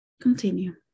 Continue